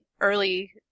early